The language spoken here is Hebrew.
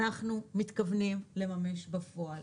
אנחנו מתכוונים לממש בפועל.